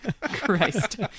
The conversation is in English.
Christ